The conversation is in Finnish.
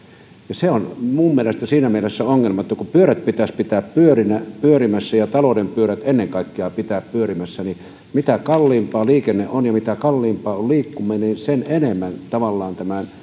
se on minun mielestäni siinä mielessä ongelma että kun pyörät pitäisi pitää pyörimässä ja talouden pyörät ennen kaikkea pitää pyörimässä niin mitä kalliimpaa liikenne on ja mitä kalliimpaa on liikkuminen sitä enemmän tavallaan